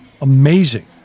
amazing